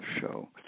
show